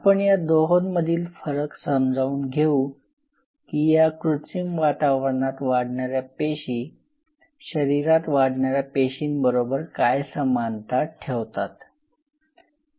आपण या दोहोंमधील फरक समजावून घेऊ की या कृत्रिम वातावरणात वाढणाऱ्या पेशी शरीरात वाढणाऱ्या पेशींबरोबर काय समानता ठेवतात